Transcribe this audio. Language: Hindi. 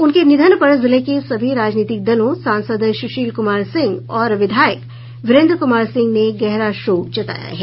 उनके निधन पर जिले के सभी राजनीतिक दलों सांसद सुशील कुमार सिंह और विधायक वीरेन्द्र कुमार सिंह ने गहरा शोक जताया है